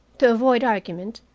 to avoid argument,